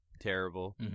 terrible